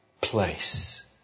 Place